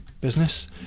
business